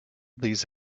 these